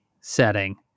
setting